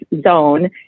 zone